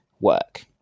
work